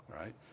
Right